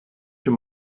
für